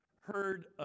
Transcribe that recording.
heard